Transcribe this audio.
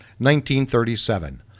1937